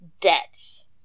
debts